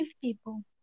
people